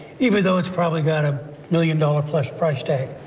even though it's probably got a million dollar plus price tag.